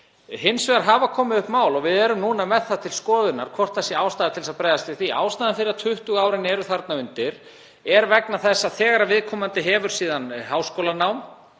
Hins vegar hafa komið upp mál og við höfum til skoðunar hvort ástæða sé til að bregðast við því. Ástæðan fyrir því 20 árin eru þarna undir er vegna þess að þegar viðkomandi hefur síðan háskólanám